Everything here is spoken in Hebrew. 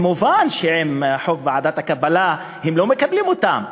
מובן שעם חוק ועדות הקבלה הם לא מקבלים אותם.